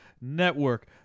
Network